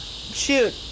Shoot